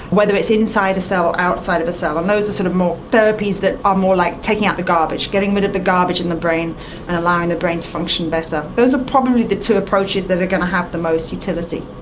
whether it's inside a cell, outside of a cell, and those are sort of therapies that are more like taking out the garbage, getting rid of the garbage in the brain and allowing the brain to function better. those are ah probably the two approaches that are going to have the most utility.